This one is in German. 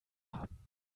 haben